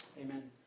Amen